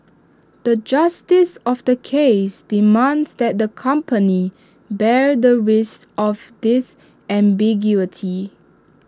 the justice of the case demands that the company bear the risk of this ambiguity